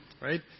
right